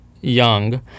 young